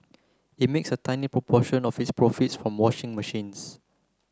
it makes a tiny proportion of its profits from washing machines